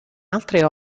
altre